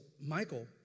Michael